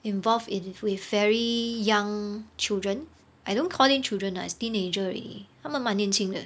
involved in wi~ with young children I don't call them children lah it's teenager already 他们蛮年轻的